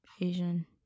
Asian